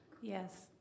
Yes